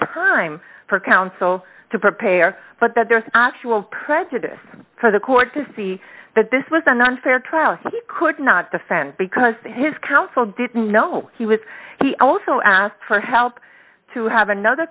him for counsel to prepare but that there was actual prejudice for the court to see that this was an unfair trial could not defend because his counsel didn't know he was he also asked for help to have another